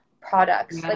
products